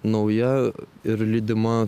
nauja ir lydima